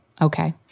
Okay